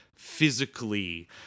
physically